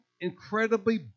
incredibly